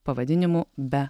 pavadinimu be